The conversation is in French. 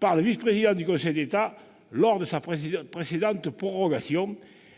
par le vice-président du Conseil d'État lors de sa précédente prorogation,